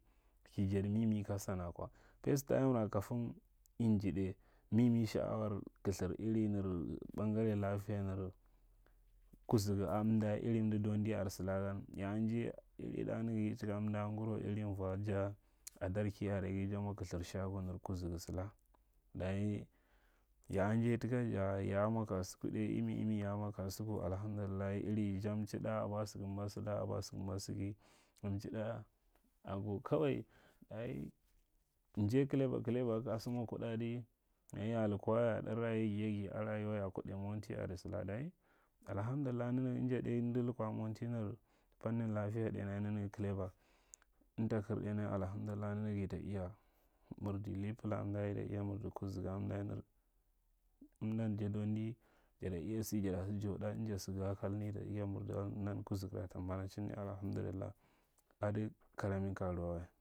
Ki jadi mi mi ka san a kwa fastayimra kafin ki insoɗai mimi sha’awar kulthir iri nir bangare lafiya nin kuzugu a mda, iri amɗa dandi are salagan ya a njai i ɗa naga taka amda a ngure iri uwaja, adarki are gaja mwa kithir shaga nar kuzugu sala dayi ya a njai taka jay a a mwa kasuku ɗai imi- imi, ya a mwa kasuku alhamdillahi iri jamchiɗa abwa sakamba sala abwa sakamba saga, ja mchiɗa ago, kawai daiji njai kala kuɗai monti are sala, dayi alhamdillahi nanjga ɗai amda lukwa menti nir fannir lafiya nanaga ɗainyi kaleba. amta kar ɗai nya, alhandillahi nanaga ita iya mirdi ripala a amda, ita iya mirdi kuzu a amda nir, amdan ja dondi jada iya sa jauɗa inja saga a kalni, ita iya mirdalan nan kuzugu ata mbanachinni mahamdullahi ada karamin karuwa wa.